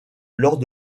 lors